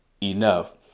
enough